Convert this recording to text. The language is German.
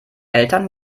eltern